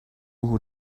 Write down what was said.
who